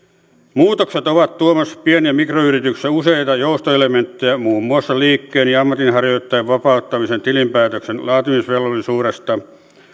muutokset ovat tuomassa pien ja mikroyrityksissä useita joustoelementtejä muun muassa liikkeen ja ammatinharjoittajan vapauttamisen tilinpäätöksen laatimisvelvollisuudesta